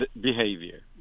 behavior